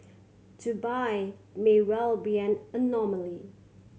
Dubai may well be an anomaly